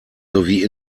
sowie